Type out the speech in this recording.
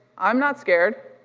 i'm not scared.